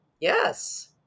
Yes